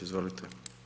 Izvolite.